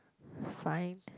five